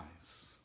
eyes